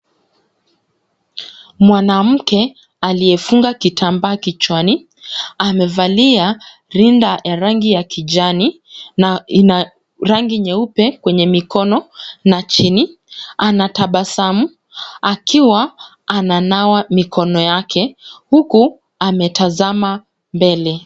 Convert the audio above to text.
Mwanamke aliyefunga kitambaa kichwani amevalia rinda ya rangi ya kijani na lina rangi nyeupe kwenye mikono na chini. Anatabasamu akiwa ananawa mikono yake huku ametazama mbele.